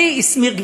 מי הסמיך,